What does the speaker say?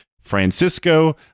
Francisco